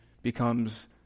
becomes